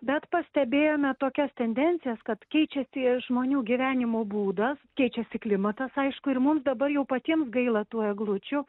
bet pastebėjome tokias tendencijas kad keičiasi žmonių gyvenimo būdas keičiasi klimatas aišku ir mums dabar jau patiems gaila tų eglučių